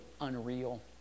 unreal